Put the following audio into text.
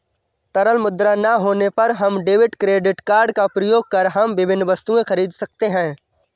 तरल मुद्रा ना होने पर हम डेबिट क्रेडिट कार्ड का प्रयोग कर हम विभिन्न वस्तुएँ खरीद सकते हैं